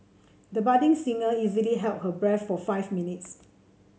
the budding singer easily held her breath for five minutes